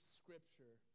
scripture